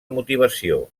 motivació